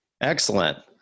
Excellent